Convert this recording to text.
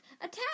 Attack